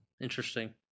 Interesting